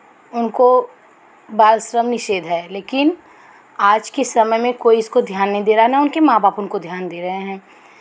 उनको बाल श्रम निषेध है लेकिन आज के समय में कोई इसको ध्यान नहीं दे रहा ना उनके माँ बाप उनको ध्यान दे रहे हैं